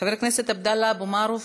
חבר הכנסת עבדאללה אבו מערוף,